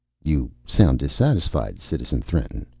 you sound dissatisfied, citizen threnten.